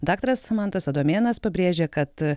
daktaras mantas adomėnas pabrėžė kad